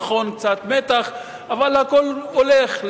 נכון, קצת מתח, אבל הכול הולך.